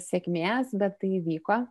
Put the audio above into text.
sėkmės bet tai įvyko